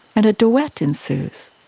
and a duet ensues,